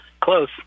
Close